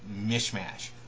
mishmash